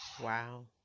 wow